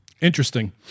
Interesting